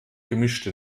gemischte